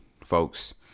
folks